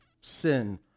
sin